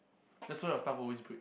that's why your stuff always break